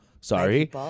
Sorry